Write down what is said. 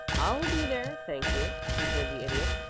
i'll be there thank you, returned the idiot.